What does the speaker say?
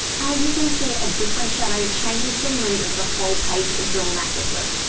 as you can see, a different shadow changes the mood of the whole page dramatically.